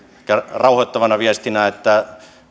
rauhoittavana viestinä se että